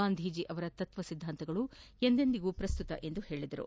ಗಾಂಧೀಜಿ ಅವರ ತತ್ವಸಿದ್ಧಾಂತಗಳು ಎಂದೆಂದಿಗೂ ಪ್ರಸ್ತುತ ಎಂದರು